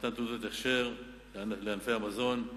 במתן תעודות הכשר לענפי המזון,